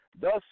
thus